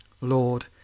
lord